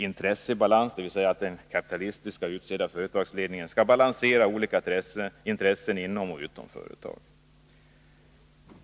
Intressebalans, dvs. den kapitalistiskt utsedda företagsledningen skall balansera olika intressen inom och utom företaget.